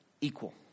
equal